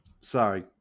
sorry